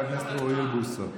חבר הכנסת אוריאל בוסו.